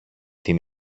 την